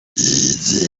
easy